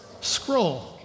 scroll